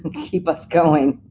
keep up going?